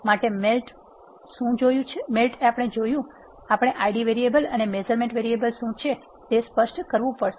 આપણે મેલ્ટ શું જોયું છે આપણે Id વેરીએબલ અને મેઝરમેન્ટ વેરીએબલ શું છે તે સ્પષ્ટ કરવું પડશે